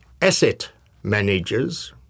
AssetManagers